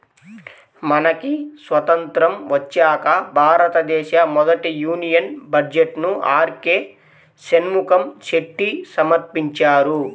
మనకి స్వతంత్రం వచ్చాక భారతదేశ మొదటి యూనియన్ బడ్జెట్ను ఆర్కె షణ్ముఖం చెట్టి సమర్పించారు